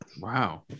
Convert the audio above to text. wow